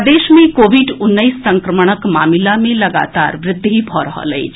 प्रदेश मे कोविड उन्नैस संक्रमणक मामिला मे लगातार वृद्धि भऽ रहल अछि